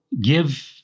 give